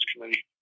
committee